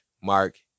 Mark